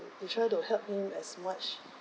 we try to help him as much